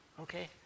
Okay